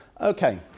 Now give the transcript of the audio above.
Okay